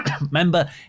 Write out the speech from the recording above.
Remember